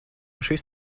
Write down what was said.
šis